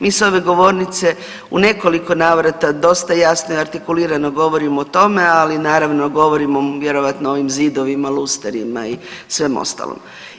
Mi s ove govornice u nekoliko navrata dosta jasno i artikulirano govorimo o tome, ali naravno govorimo vjerojatno ovim zidovima, lusterima i svemu ostalom.